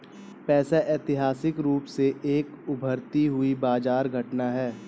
पैसा ऐतिहासिक रूप से एक उभरती हुई बाजार घटना है